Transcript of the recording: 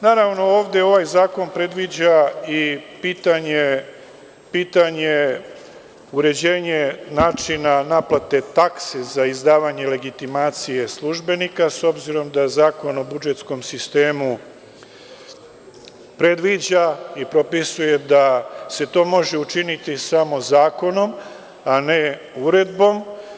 Naravno, ovde ovaj zakon predviđa i pitanje uređenja načina naplate taksi za izdavanje legitimacije službenika, s obzirom da Zakon o budžetskom sistemu predviđa i propisuje da se to može učiniti samo zakonom, a ne uredbom.